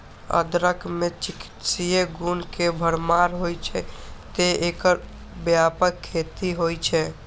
अदरक मे चिकित्सीय गुण के भरमार होइ छै, तें एकर व्यापक खेती होइ छै